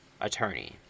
attorney